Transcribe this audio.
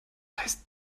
heißt